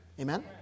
Amen